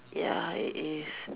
ya it is